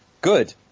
good